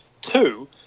Two